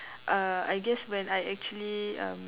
uh I guess when I actually um